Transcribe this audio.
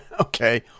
Okay